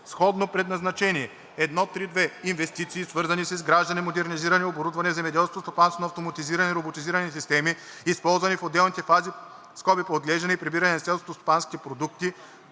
сходно предназначение. 1.3.2. Инвестиции, свързани с изграждане/модернизиране/ оборудване в земеделското стопанство на автоматизирани/роботизирани системи, използвани в отделните фази (по отглеждане и прибиране на селскостопанските култури),